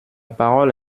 parole